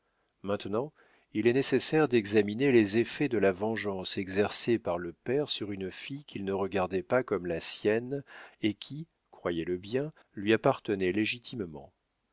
maintenant il est nécessaire d'examiner les effets de la vengeance exercée par le père sur une fille qu'il ne regardait pas comme la sienne et qui croyez-le bien lui appartenait légitimement